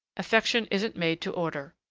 affection isn't made to order!